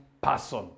person